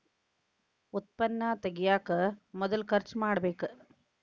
ಉತ್ಪನ್ನಾ ತಗಿಯಾಕ ಮೊದಲ ಖರ್ಚು ಮಾಡಬೇಕ